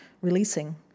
releasing